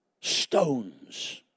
stones